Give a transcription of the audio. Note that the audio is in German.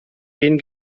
den